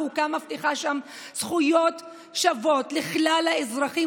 החוקה מבטיחה שם זכויות שוות לכלל האזרחים,